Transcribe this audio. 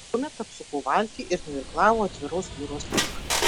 tuomet apsuko valtį ir nuirklavo atviros jūros link